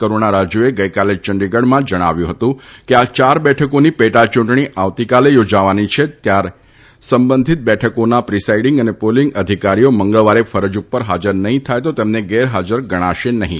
કરુણા રાજુએ ગઇકાલે યંડીગઢમાં જણાવ્યું હતું કે આ ચાર બેઠકોની પેટાયૂંટણી આવતીકાલે યોજાવાની છે ત્યાર સંબંધીત બેઠકોના પ્રિસાઇડીંગ અને પોલીંગ અધિકારીઓ મંગળવારે ફરજ ઉપર હાજર નહી થાય તો તેમને ગેરહાજર ગણાશે નહિ